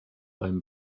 beim